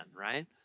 right